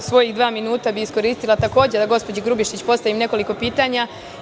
Ali, svojih dva minuta bih iskoristila takođe da gospođi Grubješić postavim nekoliko pitanja.